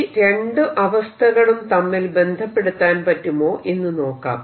ഈ രണ്ടു വ്യത്യസ്ത അവസ്ഥകളും തമ്മിൽ ബന്ധപ്പെടുത്താൻ പറ്റുമോ എന്ന് നോക്കാം